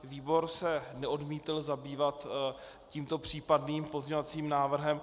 Výbor se neodmítl zabývat tímto případným pozměňovacím návrhem.